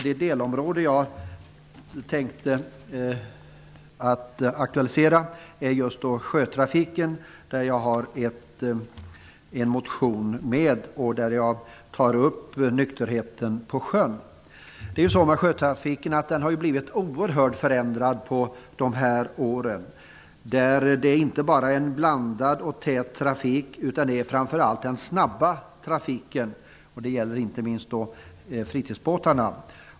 Det delområde jag tänkte att aktualisera handlar om sjötrafiken där jag har en motion med. Där tar jag upp nykterheten på sjön. Sjötrafiken har ju blivit oerhört förändrad under dessa år. Det är inte bara en blandad och tät trafik utan också en snabb trafik. Det gäller inte minst fritidsbåtarna.